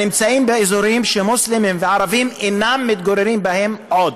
הנמצאים באזורים שמוסלמים וערבים אינם מתגוררים בהם עוד.